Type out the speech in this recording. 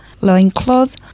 loincloth